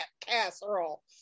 Casserole